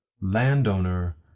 landowner